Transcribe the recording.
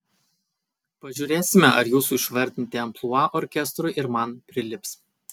pažiūrėsime ar jūsų išvardinti amplua orkestrui ir man prilips